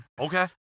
Okay